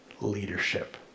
leadership